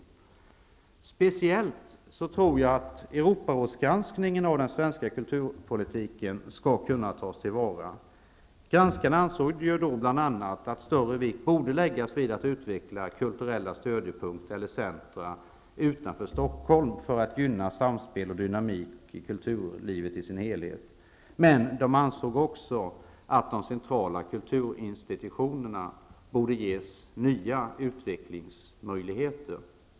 Framför allt tror jag att Europarådsgranskningen av den svenska kulturpolitiken skall kunna tas till vara. Granskarna ansåg bl.a. att större vikt borde läggas vid att utveckla kulturella stödjepunkter, eller centra, utanför Stockholm för att gynna samspel och dynamik i kulturlivet i dess helhet. Men de ansåg också att de centrala kulturinstitutionerna borde ges nya utvecklingsmöjligheter.